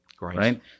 right